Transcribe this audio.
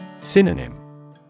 Synonym